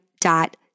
dot